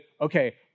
Okay